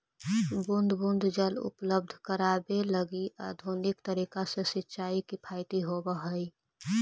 बूंद बूंद जल उपलब्ध करावे लगी आधुनिक तरीका से सिंचाई किफायती होवऽ हइ